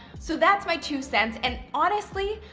so that's my two cents. and honestly,